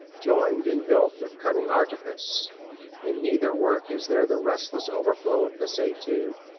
joined and built with cunning artifice in neither work is there the resistless overflow of this etude,